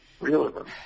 realism